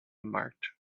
marked